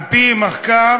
על-פי מחקר